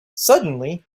suddenly